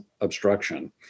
obstruction